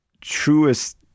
truest